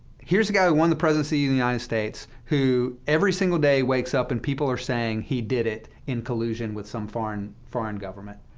here is a guy who won the presidency of the united states, who every single day wakes up, and people are saying, he did it in collusion with some foreign foreign government,